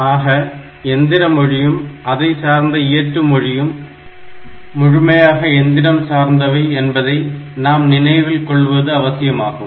ஆக எந்திர மொழியும் அதை சார்ந்த இயற்று மொழியும் முழுமையாக எந்திரம் சார்ந்தவை என்பதை நாம் நினைவில் கொள்ளுவது அவசியம் ஆகும்